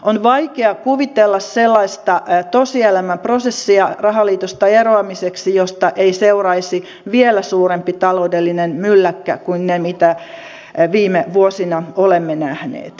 on vaikea kuvitella sellaista tosielämän prosessia rahaliitosta eroamiseksi josta ei seuraisi vielä suurempi taloudellinen mylläkkä kuin ne mitä viime vuosina olemme nähneet